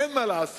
אין מה לעשות,